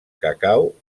cacau